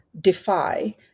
defy